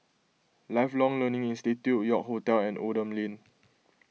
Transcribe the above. Lifelong Learning Institute York Hotel and Oldham Lane